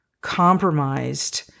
compromised